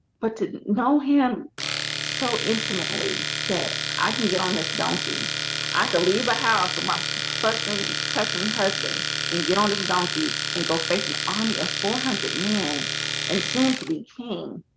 but to know him so intimately that i can get on this donkey i have to leave a house with my fussing custom husband and get on this donkey and go face an army of four hundred men and soon to be king